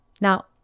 Now